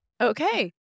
Okay